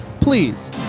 please